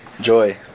joy